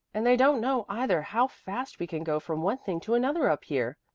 and they don't know either how fast we can go from one thing to another up here.